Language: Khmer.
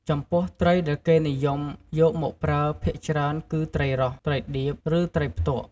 ចំពោះ ត្រីដែលគេនិយមយកមកប្រើភាគច្រើនគឺ ត្រីរ៉ស់ ត្រីដៀប ឬ ត្រីផ្ទក់។